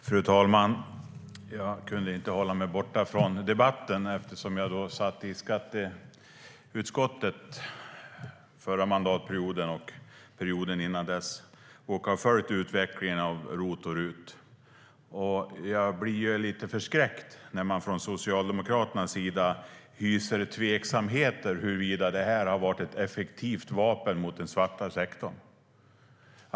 Fru talman! Jag kunde inte hålla mig borta från debatten, eftersom jag satt i skatteutskottet under den förra mandatperioden och perioden innan dess och har följt utvecklingen av ROT och RUT. Jag blir lite förskräckt när man från Socialdemokraternas sida hyser tveksamheter huruvida det här har varit ett effektivt vapen mot den svarta sektorn.